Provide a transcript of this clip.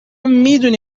میدونی